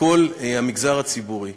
לכל המגזר הציבורי.